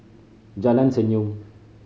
Jalan Senyum